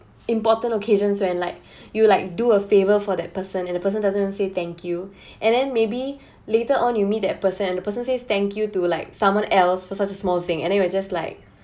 important occasions when like you like do a favour for that person and the person doesn't say thank you and then maybe later on you meet that person and the person say thank you to like someone else for such a small thing and then you are just like